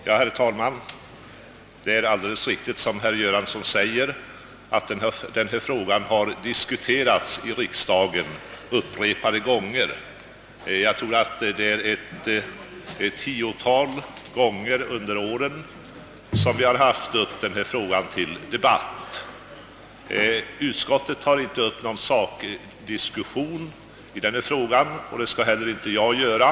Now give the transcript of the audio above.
Herr talman! Det är alldeles riktigt som herr Göransson säger att denna fråga har diskuterats i riksdagen upprepade gånger — jag tror att det är ett tiotal gånger som vi under årens lopp haft den uppe till debatt. Utskottet tar nu inte upp någon sakdiskussion, och det skall inte heller jag göra.